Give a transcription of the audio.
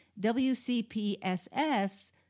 WCPSS